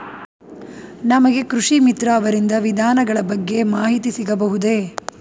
ನಮಗೆ ಕೃಷಿ ಮಿತ್ರ ಅವರಿಂದ ವಿಧಾನಗಳ ಬಗ್ಗೆ ಮಾಹಿತಿ ಸಿಗಬಹುದೇ?